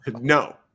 No